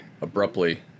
Abruptly